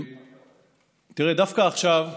תראה, דווקא עכשיו,